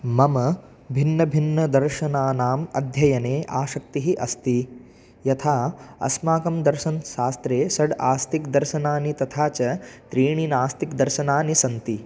मम भिन्नभिन्नदर्शनानाम् अध्ययने आसक्तिः अस्ति यथा अस्माकं दर्शनशास्त्रे षड् आस्तिकदर्शनानि तथा च त्रीणि नास्तिकदर्शनानि सन्ति